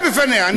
להתריע מפניה.